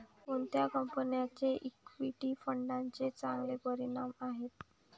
कोणत्या कंपन्यांचे इक्विटी फंडांचे चांगले परिणाम आहेत?